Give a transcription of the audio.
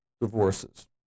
divorces